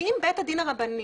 כי אם בית הדין הרבני